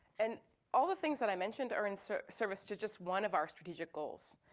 and all the things that i mentioned are in so service to just one of our strategic goals,